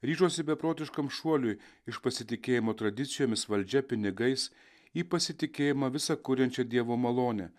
ryžosi beprotiškam šuoliui iš pasitikėjimo tradicijomis valdžia pinigais į pasitikėjimą visa kuriančią dievo malonę